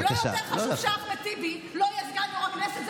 לא יותר חשוב שאחמד טיבי לא יהיה סגן יו"ר הכנסת?